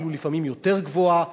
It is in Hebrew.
לפעמים אפילו יותר גבוהה,